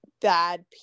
bad